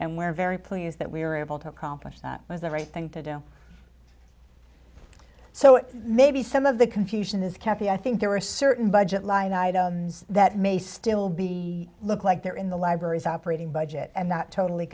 and we're very pleased that we were able to accomplish that was the right thing to do so maybe some of the confusion is cappie i think there are certain budget line items that may still be looked like they're in the libraries operating budget and not totally